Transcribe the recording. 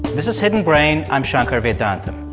this is hidden brain. i'm shankar vedantam.